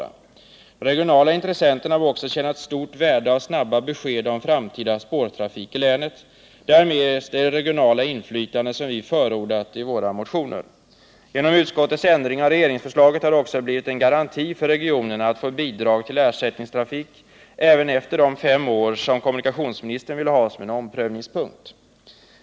De regionala intressenterna bör också finna ett stort värde i snabba besked om framtida spårtrafik i länet. Därmed åstadkommes det regionala inflytande som vi förordat i våra motioner. Genom utskottets ändring av regeringsförslaget har det också blivit en garanti för regionerna att få bidrag till ersättningstrafik även efter de fem år som kommunikationsministern ville ha som en omprövningstid.